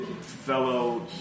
fellow